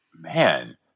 Man